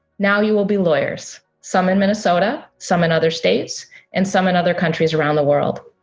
now you will be lawyers some in minnesota some in other states and some in other countries around the world.